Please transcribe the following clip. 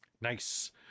Nice